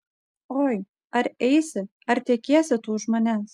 oi ar eisi ar tekėsi tu už manęs